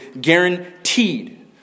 guaranteed